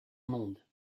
monde